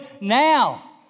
now